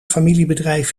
familiebedrijf